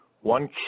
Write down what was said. one